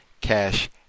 cash